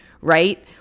right